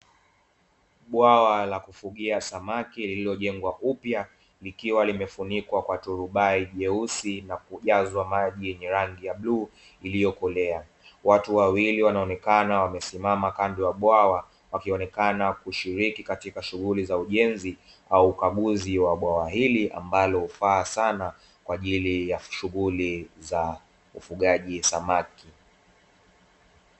Bwawa la kufugia samaki lililojengwa upya likiwa limefunikwa kwa turubai jeusi, na kujazwa maji yenye rangi ya bluu iliyokolea. Watu wawili wanaonekana wamesimama kando ya bwawa wakionekana kushirika katika shughuli za ujenzi au ukaguzi wa bwawa hili, ambalo hufaa sana kwa ajili shughuli za ufugaji samaki.